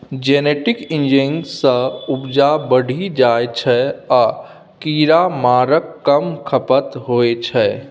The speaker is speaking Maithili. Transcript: जेनेटिक इंजीनियरिंग सँ उपजा बढ़ि जाइ छै आ कीरामारक कम खपत होइ छै